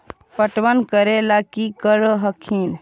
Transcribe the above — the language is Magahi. पटबन करे ला की कर हखिन?